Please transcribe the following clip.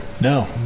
No